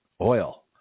oil